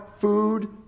Food